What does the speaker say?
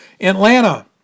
atlanta